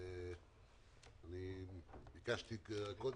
ביקשתי קודם,